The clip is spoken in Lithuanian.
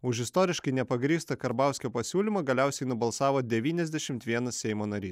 už istoriškai nepagrįstą karbauskio pasiūlymą galiausiai nubalsavo devyniasdešimt vienas seimo narys